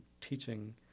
teaching